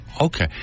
Okay